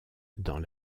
dans